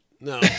no